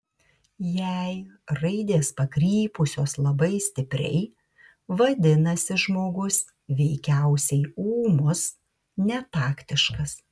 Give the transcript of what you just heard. jei raidės pakrypusios labai stipriai vadinasi žmogus veikiausiai ūmus netaktiškas